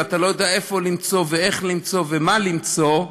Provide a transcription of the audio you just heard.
ואתה לא יודע איפה למצוא ואיך למצוא ומה למצוא.